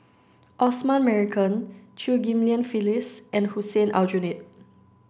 Osman Merican Chew Ghim Lian Phyllis and Hussein Aljunied